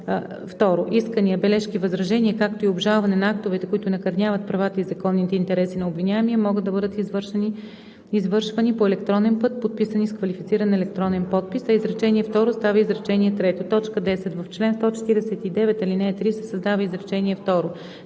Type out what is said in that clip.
второ: „Искания, бележки, възражения, както и обжалване на актовете, които накърняват правата и законните интереси на обвиняемия, могат да бъдат извършвани по електронен път, подписани с квалифициран електронен подпис.“, а изречение второ става изречение трето. 10. В чл. 149, ал. 3 се създава изречение второ: